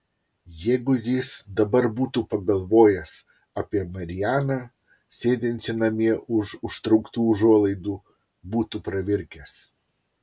jeigu jis dabar būtų pagalvojęs apie marianą sėdinčią namie už užtrauktų užuolaidų būtų pravirkęs